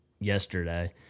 yesterday